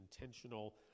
intentional